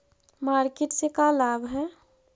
Market से का लाभ है?